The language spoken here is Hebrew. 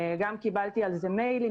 קיבלתי על זה מיילים